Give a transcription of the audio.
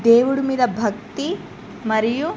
దేవుడు మీద భక్తి మరియు